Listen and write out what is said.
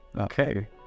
Okay